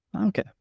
Okay